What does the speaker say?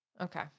okay